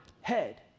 head